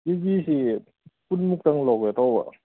ꯀꯦꯖꯤꯁꯤ ꯀꯨꯟ ꯃꯨꯛꯇꯪ ꯂꯧꯒꯦ ꯇꯧꯕ